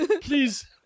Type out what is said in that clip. Please